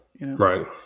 Right